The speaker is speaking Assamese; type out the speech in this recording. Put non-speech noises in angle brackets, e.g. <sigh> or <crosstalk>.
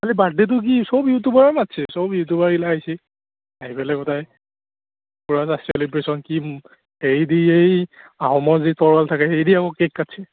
কালি বাৰ্ডেটো কি সব ইউটিউবাৰ মাতিছে সব ইউটিউবাৰবিলাক আহিছে আহি পেলাই বোধহয় পূৰা এটা চেলিব্ৰেশ্যন কি <unintelligible> এই আহোমৰ সেই তৰোৱাল থাকে সেই দি কেক কাটিছে